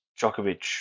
Djokovic